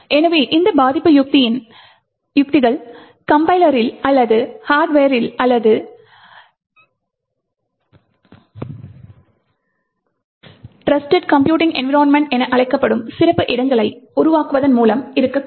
எனவே இந்த பாதுகாப்பு உத்திகள் கம்பைலரில் அல்லது ஹார்ட்வரில் அல்லது ட்ரஸ்டேட் கம்ப்யூட்டிங் என்விரான்மெண்ட் என அழைக்கப்படும் சிறப்பு இடங்களை உருவாக்குவதன் மூலம் இருக்கக்கூடும்